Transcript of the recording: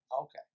Okay